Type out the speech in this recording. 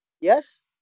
yes